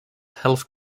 health